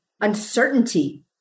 uncertainty